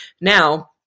Now